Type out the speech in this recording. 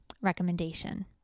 recommendation